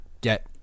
get